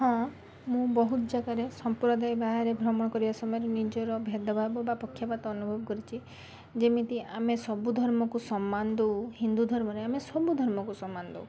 ହଁ ମୁଁ ବହୁତ ଜାଗାରେ ସମ୍ପ୍ରଦାୟ ବାହାରେ ଭ୍ରମଣ କରିବା ସମୟରେ ନିଜର ଭେଦଭାବ ବା ପକ୍ଷପାତ ଅନୁଭବ କରିଛି ଯେମିତି ଆମେ ସବୁ ଧର୍ମକୁ ସମ୍ମାନ ଦଉ ହିନ୍ଦୁ ଧର୍ମରେ ଆମେ ସବୁ ଧର୍ମକୁ ସମ୍ମାନ ଦଉ